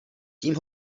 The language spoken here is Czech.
tím